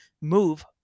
move